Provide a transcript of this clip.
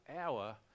hour